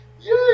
Yay